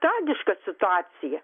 tragiška situacija